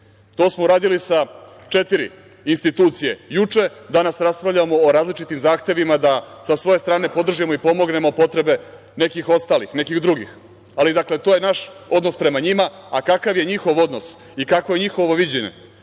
To smo uradili sa četiri institucije juče, danas raspravljamo o različitim zahtevima da sa svoje strane podržimo i pomognemo potrebe nekih ostalih, nekih drugih. Ali, dakle, to je naš odnos prema njima. A kakav je njihov odnos i kakvo je njihovo viđenje